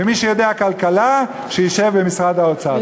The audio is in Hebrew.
ומי שיודע כלכלה שישב במשרד האוצר.